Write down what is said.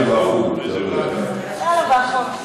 הם מציעים דיון בוועדה.